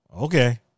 Okay